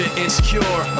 insecure